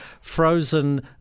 frozen